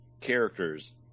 characters